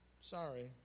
Sorry